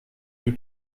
you